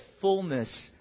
fullness